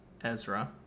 Ezra